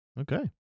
Okay